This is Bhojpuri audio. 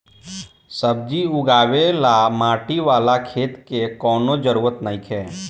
सब्जी उगावे ला माटी वाला खेत के कवनो जरूरत नइखे